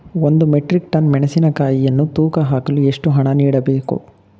ಒಂದು metric ton ಮೆಣಸಿನಕಾಯಿಯನ್ನು ತೂಕ ಹಾಕಲು ಎಷ್ಟು ಹಣ ನೀಡಬೇಕು?